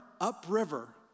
upriver